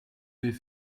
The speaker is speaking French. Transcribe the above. vais